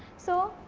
so,